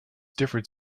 differed